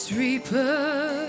reaper